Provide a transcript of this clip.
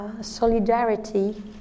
solidarity